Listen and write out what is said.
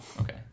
Okay